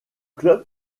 club